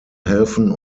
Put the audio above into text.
helfen